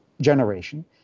generation